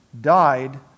died